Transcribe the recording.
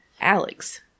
Alex